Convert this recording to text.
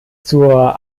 zur